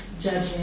judging